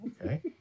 Okay